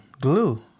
glue